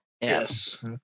Yes